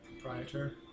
proprietor